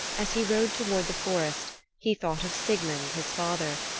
as he rode toward the forest he thought of sigmund, his father,